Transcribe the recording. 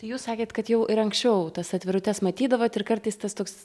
jūs sakėt kad jau ir anksčiau tas atvirutes matydavot ir kartais tas toks